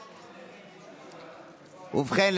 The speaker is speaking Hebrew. ובכן,